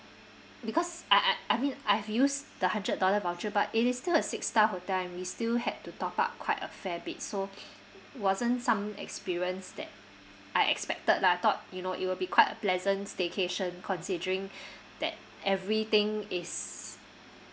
because I I I mean I've used the hundred dollar voucher but it is still a six star hotel and we still had to top up quite a fair bit so wasn't some experience that I expected lah thought you know it will be quite a pleasant staycation considering that everything is